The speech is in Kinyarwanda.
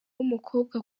w’umukobwa